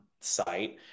site